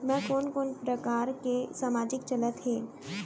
मैं कोन कोन प्रकार के सामाजिक चलत हे?